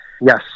Yes